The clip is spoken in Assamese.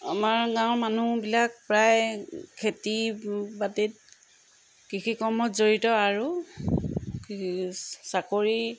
আমাৰ গাঁৱৰ মানুহবিলাক প্ৰায় খেতি বাতিত কৃষি কৰ্মত জড়িত আৰু কৃষি চাকৰি